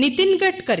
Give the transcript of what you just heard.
Nitin Gadkari